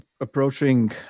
approaching